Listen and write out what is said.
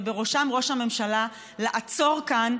ובראשם ראש הממשלה לעצור כאן,